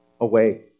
away